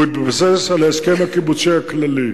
ובהתבסס על ההסכם הקיבוצי הכללי.